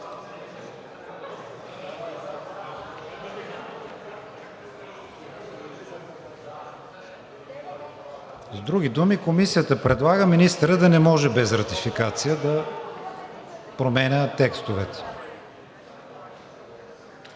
С други думи, Комисията предлага министърът да не може без ратификация да променя текстовете.